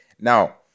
now